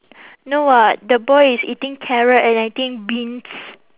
no [what] the boy is eating carrot and I think beans